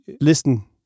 listen